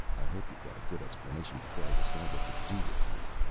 i hope you've got a good explanation, before i decide what to do with you.